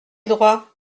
droit